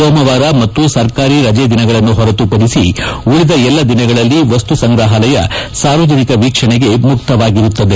ಸೋಮವಾರ ಮತ್ತು ಸರ್ಕಾರಿ ರಜೆ ದಿನಗಳನ್ನು ಹೊರತುಪಡಿಸಿ ಉಳಿದ ಎಲ್ಲಾ ದಿನಗಳಲ್ಲಿ ವಸ್ತು ಸಂಗ್ರಹಾಲಯ ಸಾರ್ವಜನಿಕ ವೀಕ್ಷಣೆಗೆ ಮುಕ್ತವಾಗಿರುತ್ತದೆ